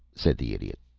said the idiot.